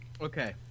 Okay